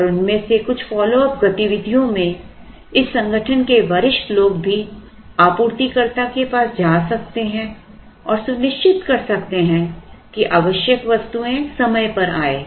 और इनमें से कुछ फॉलो अप गतिविधियों में इस संगठन के वरिष्ठ लोग भी आपूर्तिकर्ता के पास जा सकते हैं और सुनिश्चित कर सकते हैं कि आवश्यक वस्तुएं समय पर आए